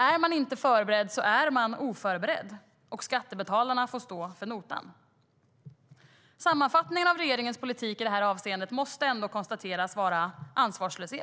Är man inte förberedd är man oförberedd, och skattebetalarna får stå för notan. Sammanfattningen av regeringens politik i det här avseendet måste ändå konstateras vara ansvarslöshet.